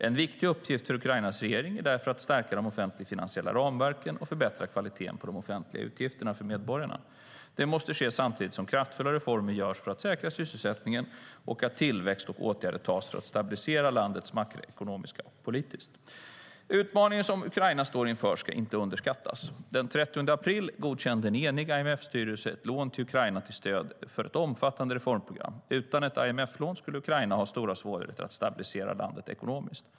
En viktig uppgift för Ukrainas regering är därför att stärka de offentlig-finansiella ramverken och förbättra kvaliteten på de offentliga utgifterna för medborgarna. Det måste ske samtidigt som kraftfulla reformer görs för att säkra sysselsättning och tillväxt och åtgärder vidtas för att stabilisera landet makroekonomiskt och politiskt. Utmaningen som Ukraina står inför ska inte underskattas. Den 30 april godkände en enig IMF-styrelse ett lån till Ukraina till stöd för ett omfattande reformprogram. Utan ett IMF-lån skulle Ukraina ha stora svårigheter att stabilisera landet ekonomiskt.